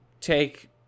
take